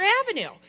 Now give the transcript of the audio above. Avenue